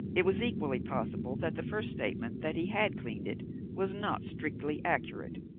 it was equally possible that the first statement that he had cleaned it was not strictly accurate.